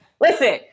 listen